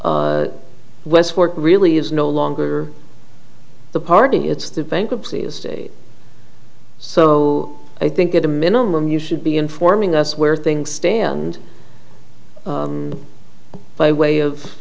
westport really is no longer the party it's the bankruptcy estate so i think at a minimum you should be informing us where things stand by way of